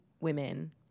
women